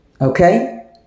okay